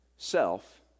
self